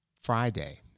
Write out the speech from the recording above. Friday